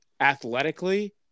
athletically